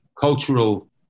cultural